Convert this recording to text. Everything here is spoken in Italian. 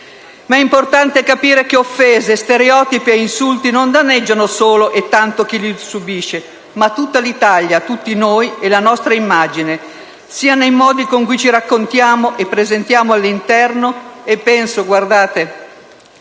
Ma è importante capire che offese, stereotipi e insulti non danneggiano solo e tanto chi li subisce, ma tutta l'Italia, tutti noi e la nostra immagine, sia nei modi con cui ci raccontiamo e ci presentiamo all'interno (penso a che